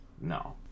no